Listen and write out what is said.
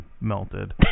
melted